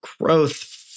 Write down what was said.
growth